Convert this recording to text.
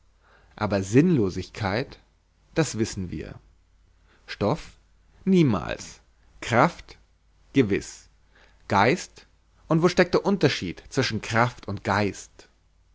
aber sinnlosigkeit was wissen wir stoff niemals kraft gewiß geist wo steckt der unterschied zwischen kraft und geist